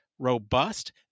robust